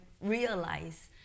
realize